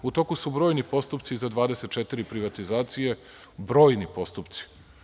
U toku su brojni postupci za 24 privatizacije, brojni postupci.